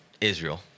Israel